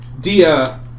Dia